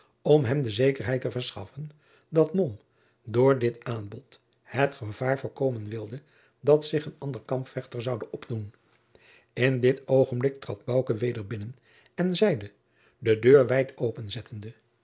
om hem de zekerheid te verschaffen dat mom door dit aanbod het gevaar voorkomen wilde dat zich een ander kampvechter zoude opdoen in dit oogenblik trad bouke weder binnen en zeide de deur wijd